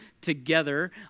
together